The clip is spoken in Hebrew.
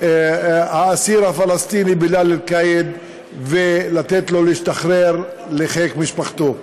האסיר הפלסטיני בילאל קאיד ולתת לו לשוב לחיק משפחתו.